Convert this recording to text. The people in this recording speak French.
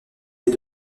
nés